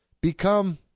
become –